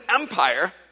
Empire